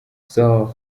soul